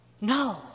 No